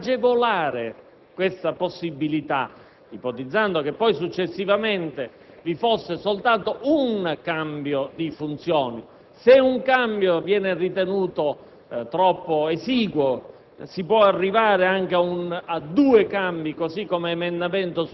in un numero minimo le possibilità di cambiamento di funzioni, in quanto spesso l'avvicinarsi alla sede agognata comporta necessariamente un mutamento di funzioni. Si è allora ipotizzata la possibilità che, per i primi dieci anni